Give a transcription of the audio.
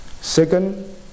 Second